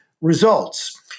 results